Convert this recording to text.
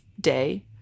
day